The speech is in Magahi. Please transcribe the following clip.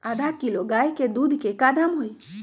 आधा किलो गाय के दूध के का दाम होई?